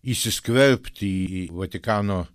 įsiskverbti į vatikano